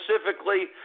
specifically